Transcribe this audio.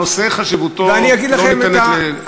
הנושא, חשיבותו לא ניתנת לערעור.